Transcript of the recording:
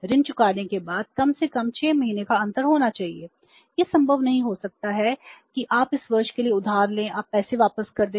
ऋण चुकाने के बाद कम से कम 6 महीने का अंतर होना चाहिए यह संभव नहीं हो सकता है कि आप इस वर्ष के लिए उधार लें आप पैसे वापस कर दें